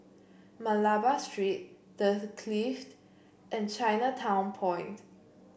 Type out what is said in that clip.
Malabar Street The Clift and Chinatown Point